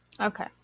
Okay